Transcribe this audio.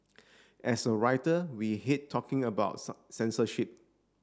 as a writer we hate talking about censorship